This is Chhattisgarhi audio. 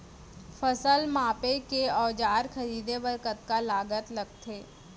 फसल मापके के औज़ार खरीदे बर कतका लागत लगथे?